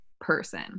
person